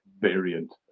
variant